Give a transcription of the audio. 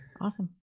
Awesome